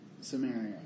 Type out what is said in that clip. Samaria